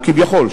לא כביכול,